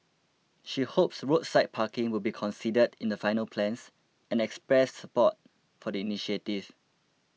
she hopes roadside parking will be considered in the final plans and expressed support for the initiative